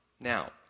Now